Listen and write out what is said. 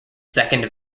second